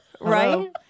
Right